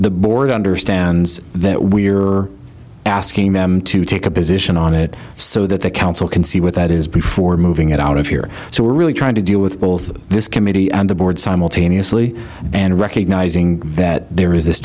the board understands that we are asking them to take a position on it so that the council can see what that is before moving it out of here so we're really trying to deal with both this committee and the board simultaneously and recognising that there is this